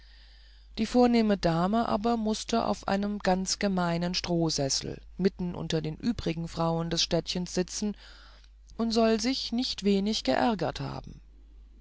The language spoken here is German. die vornehme dame aber mußte auf einem ganz gemeinen strohsessel mitten unter die übrigen frauen des städtchens sitzen und soll sich nicht wenig geärgert haben